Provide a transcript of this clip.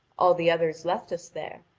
all the others left us there,